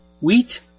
wheat